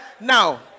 Now